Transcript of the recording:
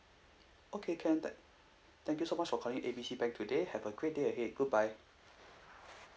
okay can tha~ thank you so much for calling A B C bank today have a great day ahead goodbye